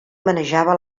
manejava